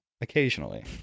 occasionally